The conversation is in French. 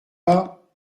pas